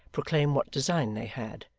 proclaim what design they had.